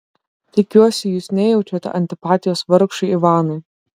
tikiuosi jūs nejaučiate antipatijos vargšui ivanui